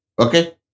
Okay